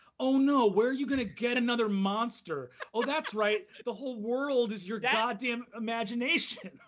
oh, no. where are you gonna get another monster? oh, that's right, the whole world is your god damn imagination.